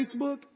Facebook